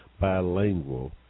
bilingual